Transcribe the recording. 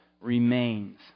remains